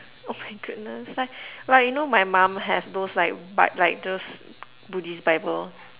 oh my goodness like like you know my mum have those like but like those Buddhist bible